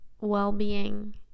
well-being